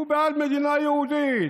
הוא בעד מדינה יהודית,